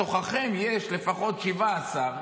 בתוככם יש לפחות 17,